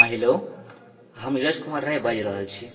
hello हम नीरज कुमार राय बाजि रहल छी